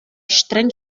streng